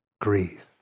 grief